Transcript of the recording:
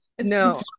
No